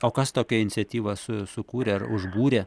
o kas tokią iniciatyvą su sukūrė ar užbūrė